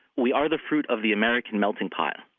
we are the fruit of the american melting pot,